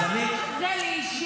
אל תהפוך את זה לאישי.